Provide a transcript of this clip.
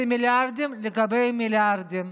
זה מיליארדים על גבי מיליארדים.